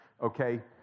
Okay